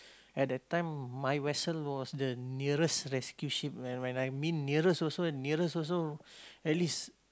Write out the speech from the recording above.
at that time my vessel was the nearest rescue ship when when I mean nearest also nearest also at least